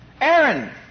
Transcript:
Aaron